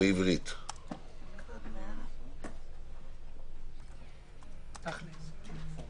אני מבקש את הדבר הזה כי אפשר לפתור אותו